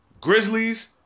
Grizzlies